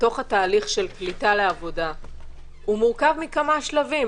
לתוך התהליך של קליטה לעבודה מורכב מכמה שלבים.